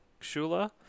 Shula